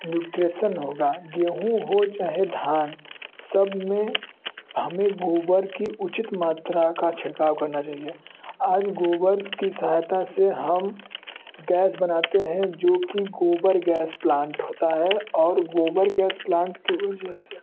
nutrition होगा गेहूँ हो चाहे धान सब में हमें गोबर की उचित मात्रा का छिड़काव करना चहिए आज गोबर की सहायता से हम गैस बनाते हैं जो कि गोबर गैस प्लांट होता है और गोबर गैस प्लांट की वजह से